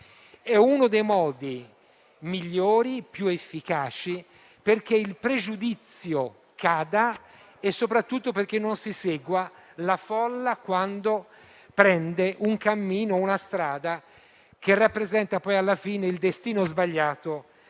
è uno dei modi migliori e più efficaci perché il pregiudizio cada e, soprattutto, perché non si segua la folla quando prende una strada che rappresenta poi, alla fine, il destino sbagliato